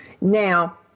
Now